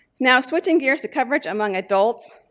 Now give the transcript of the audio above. now switching gears to coverage among adults,